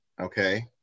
okay